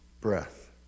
breath